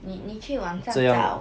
你你去网上找